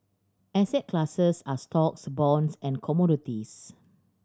asset classes are stocks bonds and commodities